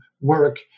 work